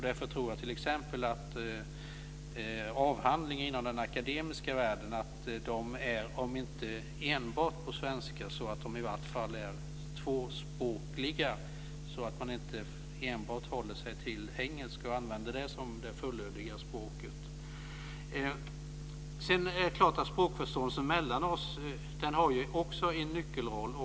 Därför tror jag t.ex. att avhandlingar inom den akademiska världen bör vara om inte enbart på svenska så i alla fall tvåspråkiga. Man bör inte enbart hålla sig till engelska och använda det som det fullödiga språket. Sedan är det klart att språkförståelsen mellan oss också har en nyckelroll.